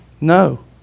No